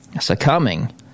succumbing